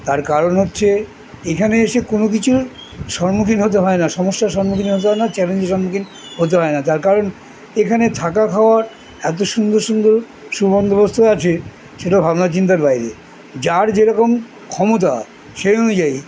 তার কারণ হচ্ছে এখানে এসে কোনো কিছুর সন্মুখীন হতে হয় না সমস্যার সন্মুখীন হতে হয় না চ্যালেঞ্জের সম্মুখীন হতে হয় না তার কারণ এখানে থাকা খাওয়ার এতো সুন্দর সুন্দর সুবন্দোবস্ত আছে সেটা ভাবনা চিন্তার বাইরে যার যেরকম ক্ষমতা সেই অনুযায়ী